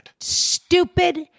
Stupid